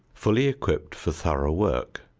fully equipped for thorough work.